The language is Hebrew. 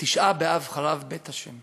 בתשעה באב, חרב בית ה'.